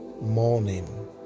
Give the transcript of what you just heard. morning